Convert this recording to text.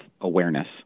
awareness